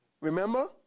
Remember